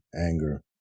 anger